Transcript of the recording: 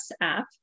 app